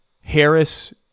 Harris